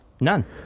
none